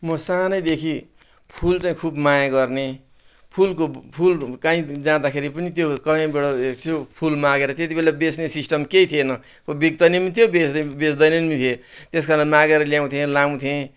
म सानैदेखि फुल चाहिँ खुब माया गर्ने फुलको फुल कहीँ जाँदाखेरि पनि त्यो कहीँबाट त्यो फुल मागेर त्यतिबेला बेच्ने सिस्टम केही थिएन बिक्दैन पनि थियो बेच् बेच्दैन पनि थिए त्यसकारण मागेर ल्याउँथेँ लाउँथेँ